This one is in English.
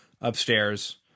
upstairs